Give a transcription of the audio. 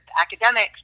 academics